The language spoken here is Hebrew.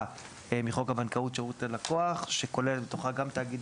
מחוק הבנקאות (שירות ללקוח) שכוללת בתוכה גם תאגיד